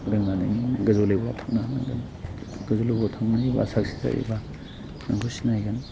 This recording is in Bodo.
रोंनानै गोजौ लेबेलाव थांनो हानांगोन गोजौ लेबेलाव थांनाय बा साक्सेस जायोबा नोंखौ सिनायगोन